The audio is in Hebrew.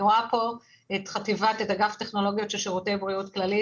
אני רואה את אגף טכנולוגיות של שירותי בריאות כללית